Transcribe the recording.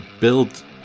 build